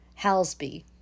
Halsby